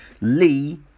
lee